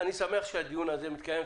אני שמח שהדיון הזה מתקיים,